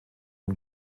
und